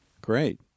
Great